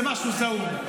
זה משהו זעום.